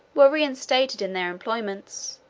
were reinstated in their employments,